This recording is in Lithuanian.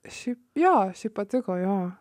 šiaip jo šiaip patiko jo